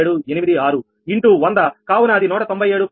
9786 into 100కావున అది 197